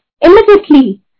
Immediately